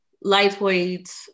lightweight